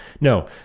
No